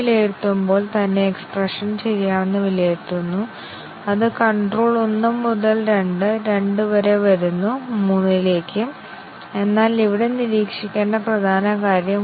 കൂടാതെ മറ്റ് നിരവധി ആപ്ലിക്കേഷനുകളും ഉണ്ട് അവിടെ നമുക്ക് ഇരുപതോ മുപ്പതോ ആറ്റോമിക് അവസ്ഥകൾ ഉൾക്കൊള്ളുന്ന ഒരു കോമ്പൌണ്ട് കണ്ടിഷൻ ഉണ്ടാകാം